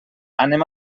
anem